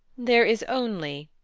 there is only,